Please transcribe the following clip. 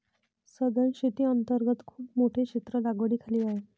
सधन शेती अंतर्गत खूप मोठे क्षेत्र लागवडीखाली आहे